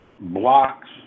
blocks